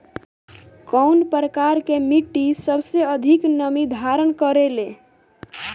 कउन प्रकार के मिट्टी सबसे अधिक नमी धारण करे ले?